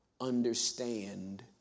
understand